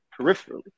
peripherally